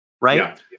right